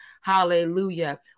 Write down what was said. Hallelujah